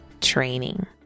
training